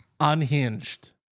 unhinged